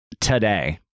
today